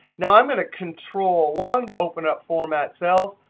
now i'm going to control one to open up format cells,